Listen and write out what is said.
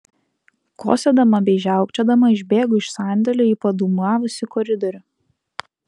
kosėdama bei žiaukčiodama išbėgu iš sandėlio į padūmavusį koridorių